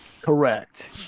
Correct